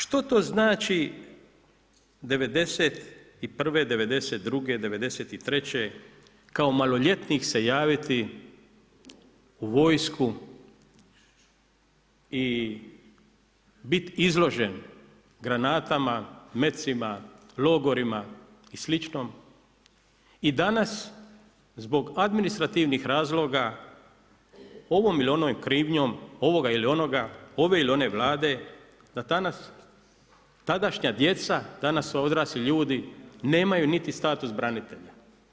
Što to znači 91., 92., 93. kao maloljetnik se javiti u vojsku i bit izložen granatama, mecima, logorima i sl. i danas zbog administrativnih razloga ovom ili onom krivnjom ovoga ili onoga, ove ili ne vlade da danas tadašnja djeca a danas su odrasli ljudi nemaju niti status branitelja.